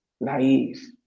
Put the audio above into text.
Naive